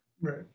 Right